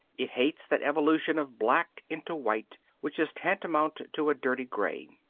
it hates that evolution of black into white which is tantamount to a dirty gray.